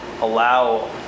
allow